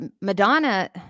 Madonna